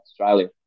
Australia